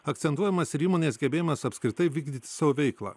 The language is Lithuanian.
akcentuojamas ir įmonės gebėjimas apskritai vykdyti savo veiklą